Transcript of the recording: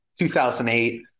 2008